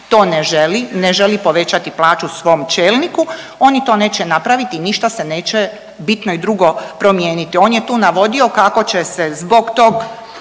to ne želi, ne želi povećati plaću svom čelniku oni to neće napraviti, ništa se neće bitno i drugo promijeniti. On je tu navodio kako će se zbog tog,